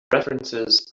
references